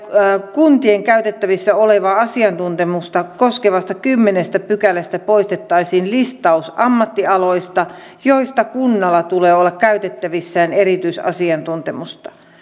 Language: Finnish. kuntien käytettävissä olevaa asiantuntemusta koskevasta kymmenennestä pykälästä poistettaisiin listaus ammattialoista joista kunnalla tulee olla käytettävissään erityisasiantuntemusta